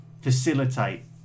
facilitate